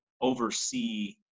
oversee